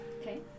Okay